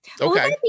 Okay